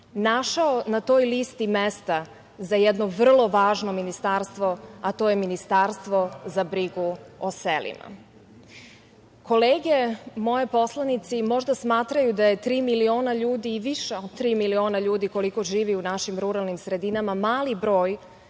našao na toj listi mesta za jedno vrlo važno ministarstvo, a to je Ministarstvo za brigu o selima. Kolege moje, poslanici možda smatraju da je tri miliona ljudi i više od tri miliona ljudi, koliko živi u našim ruralnim sredinama, mali broj